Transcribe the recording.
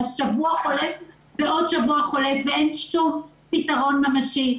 השבוע חולף ועוד שבוע ואין שום פתרון ממשי.